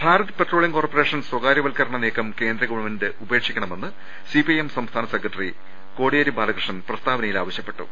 Bharat petroleum corporation സ്വകാര്യവൽക്കരണ നീക്കം കേന്ദ്രഗവൺമെന്റ് ഉപേക്ഷിക്കണമെന്ന് സിപിഐഎം സംസ്ഥാന സെക്രട്ടറി കോടിയേരി ബാലകൃഷ്ണൻ പ്രസ്താവനയിൽ ആവശ്യപ്പെട്ടു